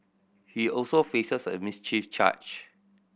he also faces a mischief charge